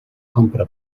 compra